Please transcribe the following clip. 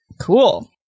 Cool